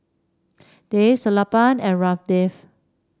Dev Sellapan and Ramdev